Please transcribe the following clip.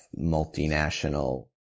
multinational